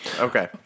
Okay